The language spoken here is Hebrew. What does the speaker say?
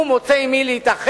הוא מוצא עם מי להתאחד,